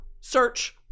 search